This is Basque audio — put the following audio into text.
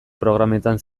programetan